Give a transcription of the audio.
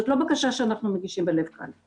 זאת לא בקשה שאנחנו מגישים בלב קל.